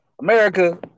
america